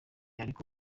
ariko